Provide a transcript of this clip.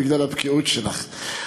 בגלל הבקיאות שלך.